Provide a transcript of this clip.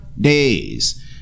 days